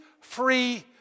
free